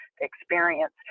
experience